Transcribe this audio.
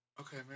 Okay